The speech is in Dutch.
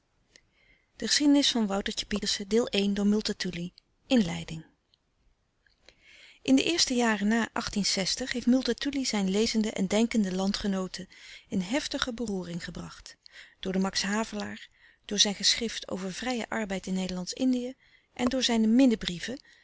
e geschiedenis van woutertje door multatuli inleiding in de eerste jaren na geeft multatuli zijn lezende en denkende landgenooten in heftige beroering gebracht door de max havelaar door zijn geschrift over vrijen arbeid in nederlandsch-indië en door zijne